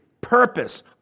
purpose